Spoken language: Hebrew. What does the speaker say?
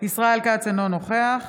ישראל כץ, אינו נוכח